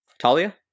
Talia